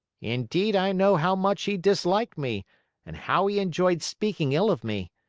indeed i know how much he disliked me and how he enjoyed speaking ill of me.